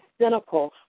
cynical